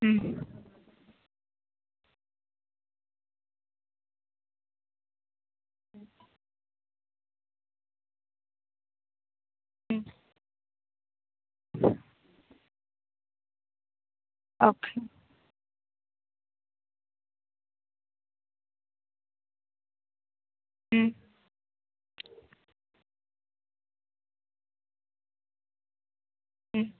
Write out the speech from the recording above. okay